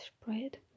spread